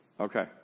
Okay